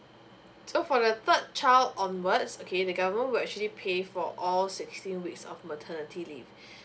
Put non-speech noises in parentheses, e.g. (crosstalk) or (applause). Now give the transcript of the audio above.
so for the third child onwards okay the government will actually pay for all sixteen weeks of maternity leave (breath)